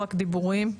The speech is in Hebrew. רק דיבורים.